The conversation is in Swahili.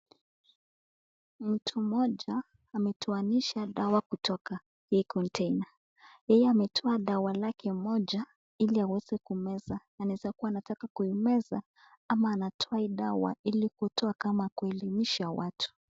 Mtu mmoja ametoanisha dawa kutoka hii konteina, yeye ametoa dawa lake moja ili aweze kumeza na anaweza kuwa anataka kuimeza ama anatoa hii dawa ili kutoa kama kuelimisha watu.